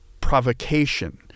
provocation